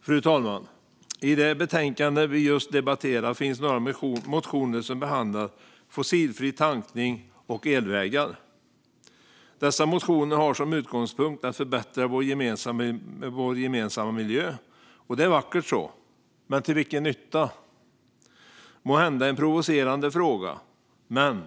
Fru talman! I det betänkande vi nu debatterar finns några motioner som behandlar fossilfri tankning och elvägar. Dessa motioner har som utgångspunkt att förbättra vår gemensamma miljö - vackert så, men till vilken nytta? Det är måhända en provocerande fråga, men